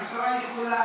המשטרה יכולה,